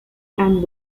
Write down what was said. and